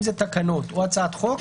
אם זה תקנות או הצעת חוק,